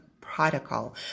protocol